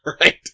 Right